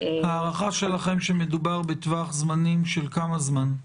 ההערכה שלכם היא שמדובר בטווח זמנים של כמה זמן?